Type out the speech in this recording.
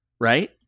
Right